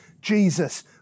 Jesus